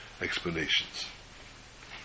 explanations